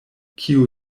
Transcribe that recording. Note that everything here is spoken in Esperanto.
kiu